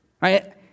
right